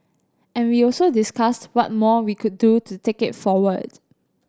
and we also discussed what more we could do to take it forwards